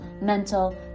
mental